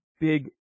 big